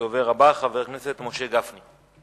הדובר הבא, חבר הכנסת משה גפני.